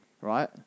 right